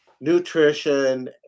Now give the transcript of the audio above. nutrition